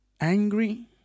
angry